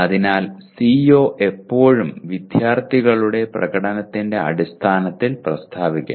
അതിനാൽ CO എപ്പോഴും വിദ്യാർത്ഥികളുടെ പ്രകടനത്തിന്റെ അടിസ്ഥാനത്തിൽ പ്രസ്താവിക്കണം